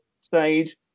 stage